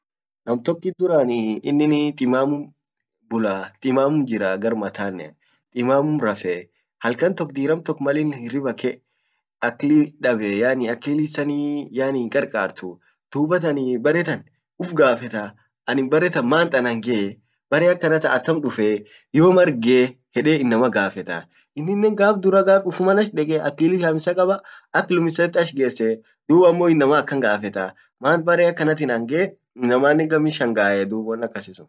nam tokkit duran ininii timamun, bulaa timamun jiraa gar matanen timamun rafee halkan tok diram tok malin hirriba ke akli dabee yaani akli isan yaaani hinqarqartu dubatan baretan uf gafetaa anin bare tan mant anan gee bare akanatan atam dufee yom argee yede inama gafetaa inninen gaf duraa ufuaman ash deke akili tam isa kaba aklum issat ash gesse dub ammo inama akan gafetaa manta bare akanatin an gee inamannen gammi shangae dub won akasisun.